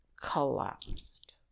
collapsed